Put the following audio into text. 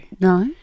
No